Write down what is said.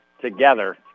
together